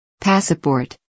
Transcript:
Passport